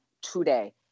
today